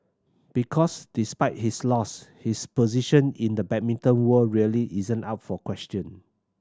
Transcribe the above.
because despite his loss his position in the badminton world really isn't up for question